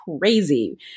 crazy